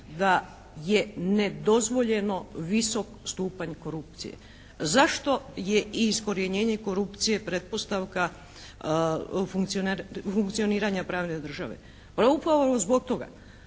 da je nedozvoljeno visok stupanj korupcije. Zašto je i iskorjenjenje korupcije pretpostavka funkcioniranja pravne države? Pa upravo zbog toga